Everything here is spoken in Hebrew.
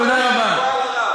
תודה רבה.